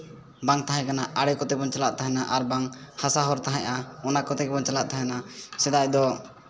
ᱵᱟᱝ ᱛᱟᱦᱮᱸᱠᱟᱱᱟ ᱟᱲᱮ ᱠᱚᱛᱮ ᱵᱚᱱ ᱪᱟᱞᱟᱜ ᱛᱟᱦᱮᱱᱟ ᱟᱨ ᱵᱟᱝ ᱦᱟᱥᱟ ᱦᱚᱨ ᱛᱟᱦᱮᱸᱫᱼᱟ ᱚᱱᱟ ᱠᱚᱛᱮ ᱵᱚᱱ ᱪᱟᱞᱟᱜ ᱛᱟᱦᱮᱱᱟ ᱥᱮᱫᱟᱭ ᱫᱚ